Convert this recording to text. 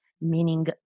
meaning